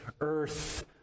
earth